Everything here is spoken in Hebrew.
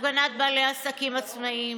הפגנת בעלי עסקים עצמאים,